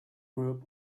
group